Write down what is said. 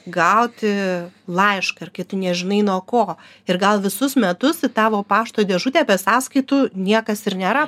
gauti laišką ir kai tu nežinai nuo ko ir gal visus metus tavo į pašto dėžutę be sąskaitų niekas ir nėra